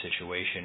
situation